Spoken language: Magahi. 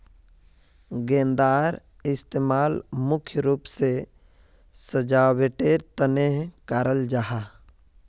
गेंदार इस्तेमाल मुख्य रूप से सजावटेर तने कराल जाहा